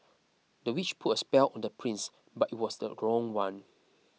the witch put a spell on the prince but it was the wrong one